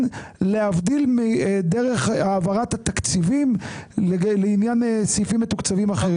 להבדיל מדרך העברת התקציבים לעניין סעיפים מתוקצבים אחרים?